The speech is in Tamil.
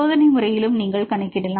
சோதனை முறையில் நீங்கள் கணக்கிடலாம்